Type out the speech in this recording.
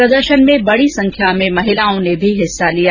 प्रदर्शन में बड़ी संख्या में महिलाओं ने भी हिस्सा लिया